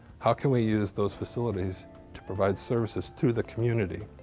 how can we use those facilities to provide services to the community?